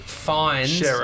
Fines